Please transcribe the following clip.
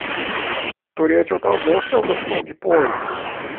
turėčiau tau vožtelt už tokį poelgį